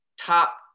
top